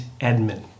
Edmund